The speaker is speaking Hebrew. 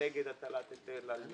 נגד הטלת היטל על